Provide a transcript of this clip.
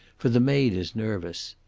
for the maid is nervous.